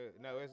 no